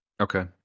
Okay